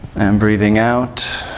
and breathing out.